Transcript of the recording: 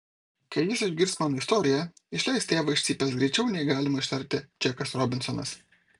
kai jis išgirs mano istoriją išleis tėvą iš cypės greičiau nei galima ištarti džekas robinsonas